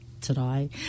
today